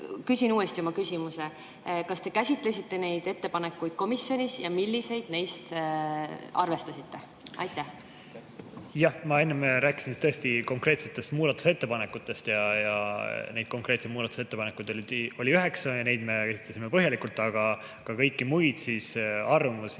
Küsin uuesti oma küsimuse: kas te käsitlesite neid ettepanekuid komisjonis ja milliseid neist arvestasite? Jah! Ma enne rääkisin tõesti konkreetsetest muudatusettepanekutest. Neid konkreetseid muudatusettepanekuid oli üheksa ja neid me käsitlesime põhjalikult. Aga ka kõiki muid arvamusi